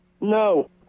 No